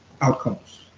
outcomes